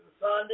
Sunday